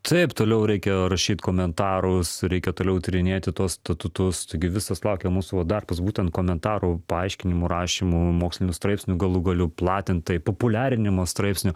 taip toliau reikia rašyt komentarus reikia toliau tyrinėti tuos statutus taigi visas laukia mūsų va darbas būtent komentarų paaiškinimų rašymu mokslinių straipsnių galų gale platint tai populiarinimo straipsnių